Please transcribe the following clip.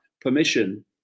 permission